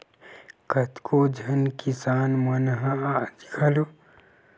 कतको झन किसान मन ह आज घलो अपन खेती किसानी के काम बूता ल बरोबर बइला भइसा ले ही करत हवय